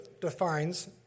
defines